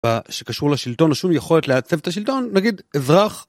שקשור לשלטון או שום יכולת לעצב את השלטון, נגיד אזרח.